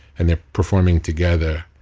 and they're performing together